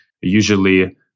usually